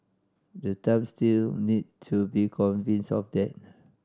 the Trump still need to be convinced of that